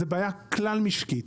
זו בעיה כלל משקית.